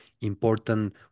important